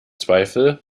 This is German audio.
zweifel